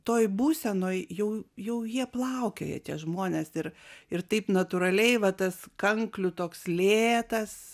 toj būsenoj jau jau jie plaukioja tie žmonės ir ir taip natūraliai va tas kanklių toks lėtas